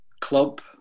club